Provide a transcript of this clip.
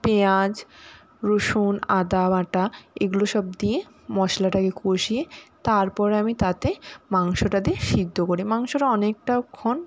পেঁয়াজ রসুন আদা বাটা এগুলো সব দিয়ে মশলাটাকে কষিয়ে তারপরে আমি তাতে মাংসটা দিয়ে সেদ্ধ করি মাংসটা অনেকটাক্ষণ